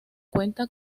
cuenta